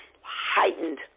heightened